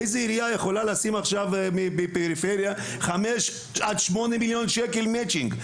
איזה עירייה יכולה לשים עכשיו בפריפריה 5 עד 8 מיליון שקל מצ'ינג,